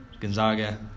Gonzaga